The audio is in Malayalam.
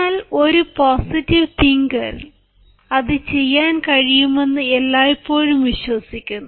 എന്നാൽ ഒരു പോസിറ്റീവ് തിങ്ങ്കർ അത് ചെയ്യാൻ കഴിയുമെന്ന് എല്ലായ്പ്പോഴും വിശ്വസിക്കുന്നു